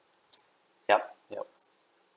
yup yup